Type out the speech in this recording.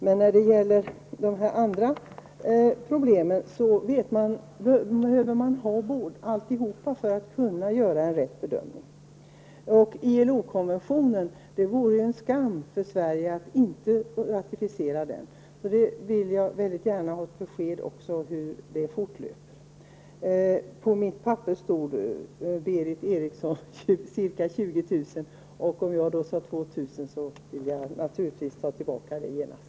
Men i övrigt behöver man se till helheten för att kunna göra en riktig bedömning. Beträffande ILO-konventionen vill jag säga att det vore en skam för landet om Sverige inte ratificerade denna. Jag vill gärna ha ett besked också om hur det arbetet fortlöper. Sedan vill jag säga att jag har ett papper här där det står Berith Eriksson ca 20 000. Om jag nu sade 2 000 tar jag härmed naturligtvis tillbaka det.